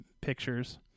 pictures